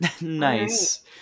nice